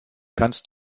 kannst